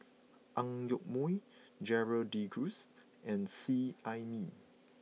Ang Yoke Mooi Gerald De Cruz and Seet Ai Mee